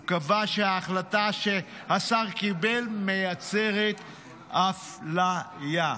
הוא קבע שההחלטה שהשר קיבל מייצרת אפליה.